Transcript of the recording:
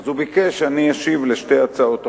אז הוא ביקש שאני אשיב על שתי הצעות החוק,